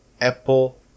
apple